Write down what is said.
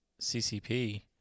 CCP